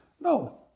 no